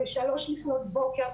בשלוש לפנות בוקר,